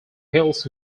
hills